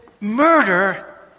murder